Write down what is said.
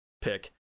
pick